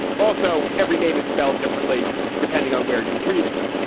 also every name is spelled differently depending on where you read it.